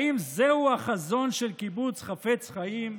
האם זהו החזון של קיבוץ חפץ חיים?